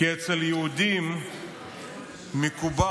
כי אצל יהודים מקובל,